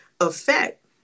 effect